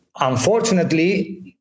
unfortunately